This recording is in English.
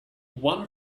won